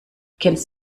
kennst